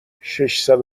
ششصد